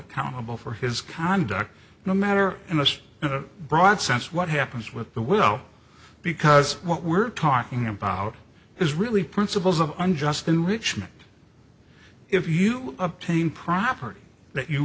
accountable for his conduct no matter in this broad sense what happens with the well because what we're talking about is really principles of unjust enrichment if you obtain property that you